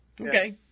Okay